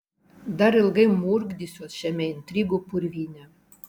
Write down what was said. dar ilgai murkdysiuos šiame intrigų purvyne